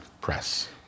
press